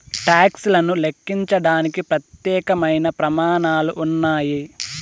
talks లను లెక్కించడానికి ప్రత్యేకమైన ప్రమాణాలు ఉన్నాయి